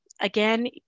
again